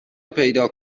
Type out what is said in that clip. پیدا